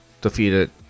defeated